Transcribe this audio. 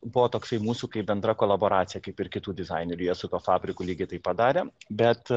buvo toksai mūsų kaip bendra kolaboracija kaip ir kitų dizainerių jie su tuo fabriku lygiai taip pat darė bet